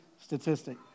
statistic